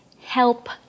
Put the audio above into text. help